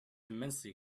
immensely